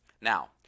Now